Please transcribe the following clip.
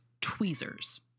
tweezers